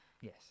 yes